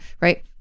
right